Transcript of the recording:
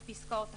את פסקאות (1),